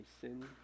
sin